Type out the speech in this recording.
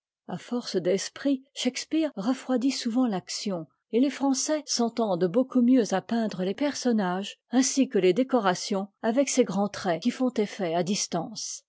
a force d'esprit shakspeare refroidit souvent faction et les français s'entendent beaucoup mieux à peindre les personnages ainsi que les décorations avec ces grands traits qui font effet à distance